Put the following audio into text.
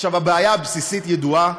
עכשיו, הבעיה הבסיסית ידועה,